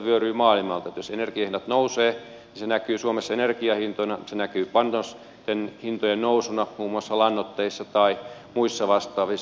jos energiahinnat nousevat niin se näkyy suomessa energiahintoina se näkyy panosten hintojen nousuna muun muassa lannoitteissa tai muissa vastaavissa